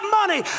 money